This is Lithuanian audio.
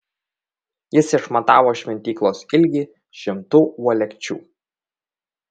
jis išmatavo šventyklos ilgį šimtu uolekčių